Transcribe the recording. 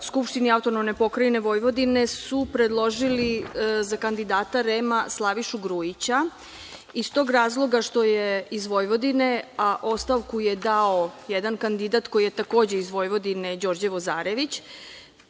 Skupštini AP Vojvodine su predložili za kandidata REM-a Slavišu Grujića iz tog razloga što je iz Vojvodine, a ostavku je dao jedan kandidat koji je takođe iz Vojvodine – Đorđe Vozarević,